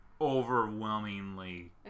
overwhelmingly